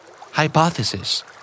Hypothesis